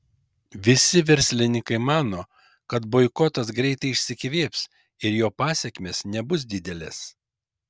visi verslininkai mano kad boikotas greitai išsikvėps ir jo pasekmės nebus didelės